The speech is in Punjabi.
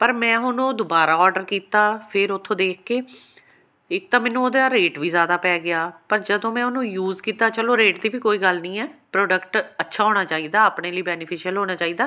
ਪਰ ਮੈਂ ਹੁਣ ਉਹ ਦੁਬਾਰਾ ਔਰਡਰ ਕੀਤਾ ਫਿਰ ਉੱਥੋਂ ਦੇਖ ਕੇ ਇੱਕ ਤਾਂ ਮੈਨੂੰ ਉਹਦਾ ਰੇਟ ਵੀ ਜ਼ਿਆਦਾ ਪੈ ਗਿਆ ਪਰ ਜਦੋਂ ਮੈਂ ਉਹਨੂੰ ਯੂਜ਼ ਕੀਤਾ ਚਲੋ ਰੇਟ ਦੀ ਵੀ ਕੋਈ ਗੱਲ ਨਹੀਂ ਹੈ ਪ੍ਰੋਡਕਟ ਅੱਛਾ ਹੋਣਾ ਚਾਹੀਦਾ ਆਪਣੇ ਲਈ ਬੈਨੀਫੀਸ਼ੀਅਲ ਹੋਣਾ ਚਾਹੀਦਾ